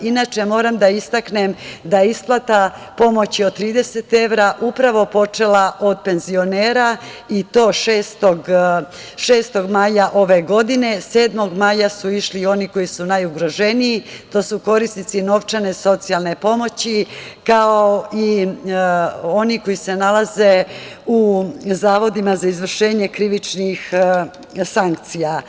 Inače, moram da istaknem da je isplata pomoći od 30 evra upravo počela od penzionera, i to 6. maja o.g, a 7. maja su išli oni koji su najugroženiji, to su korisnici novčane socijalne pomoći, kao i oni koji se nalaze u zavodima za izvršenje krivičnih sankcija.